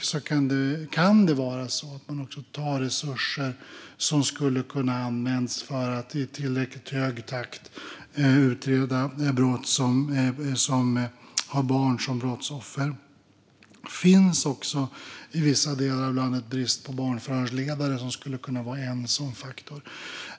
Där kan det vara så att det tar resurser som skulle kunna ha använts för att utreda brott där barn är offer. Det finns också i vissa delar av landet brist på barnförhörsledare, vilket skulle kunna vara en sådan faktor.